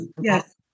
Yes